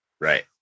Right